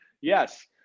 Yes